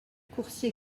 coursier